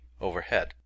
overhead